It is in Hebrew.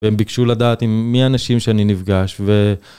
והם ביקשו לדעת עם מי האנשים שאני נפגש ו...